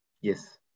Yes